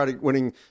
winning